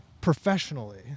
professionally